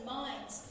minds